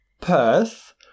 Perth